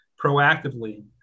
proactively